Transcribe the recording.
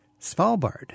Svalbard